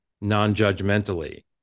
non-judgmentally